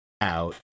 out